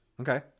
Okay